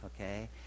okay